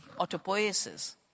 autopoiesis